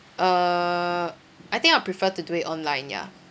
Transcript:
uh I think I'll prefer to do it online ya